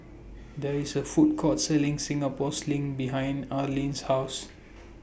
There IS A Food Court Selling Singapore Sling behind Arlene's House